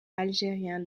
algérien